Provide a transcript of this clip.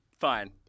Fine